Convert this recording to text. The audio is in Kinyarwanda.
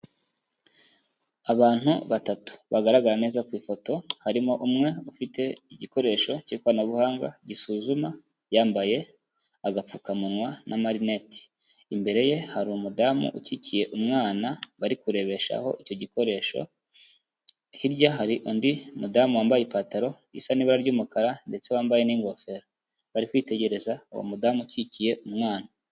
Abantu batatu bagaragara neza ku ifoto, harimo umwe ufite igikoresho cy'ikoranabuhanga gisuzuma, yambaye agapfukamunwa na marinete, imbere ye hari umudamu ukikiye umwana bari kurebeshaho icyo gikoresho, hirya hari undi mudamu wambaye ipantaro isa n'ibara ry'umukara ndetse wambaye n'ingofero, bari kwitegereza uwo mudamu ukikiye umwana.